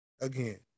again